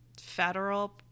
federal